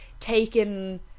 Taken